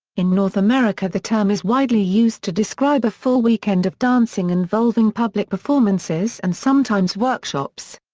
in north america the term is widely used to describe a full weekend of dancing involving public performances and sometimes workshops.